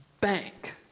bank